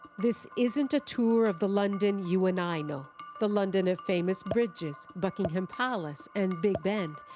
this isn't a tour of the london you and i know the london of famous bridges, buckingham palace and big ben.